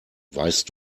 weißt